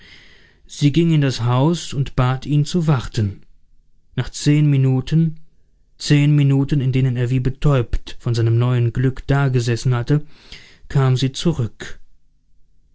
sie ging in das haus und bat ihn zu warten nach zehn minuten zehn minuten in denen er wie betäubt von seinem neuen glück dagesessen hatte kam sie zurück